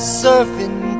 surfing